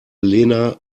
lena